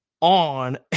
on